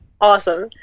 Awesome